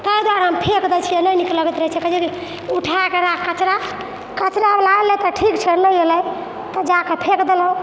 तैं दुआरे फेक दै छियै नहि नीक लगैत रहै छै उठाकऽ राख कचड़ा कचड़ावला एलै तऽ ठीक छै नहि एलै तऽ जाकऽ फेक देलहुँ